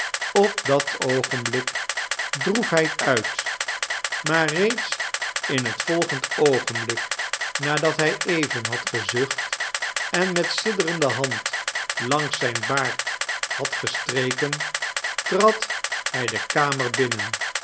op dat oogenblik droefheid uit maar reeds in het volgend oogenblik nadat hij even had gezucht en met sidderende hand langs zijn baard had gestreken trad hij de kamer binnen